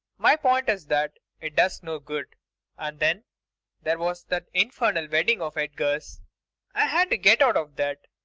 my point is that it does no good. and then there was that infernal wedding of edgar's i had to get out of that.